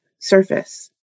surface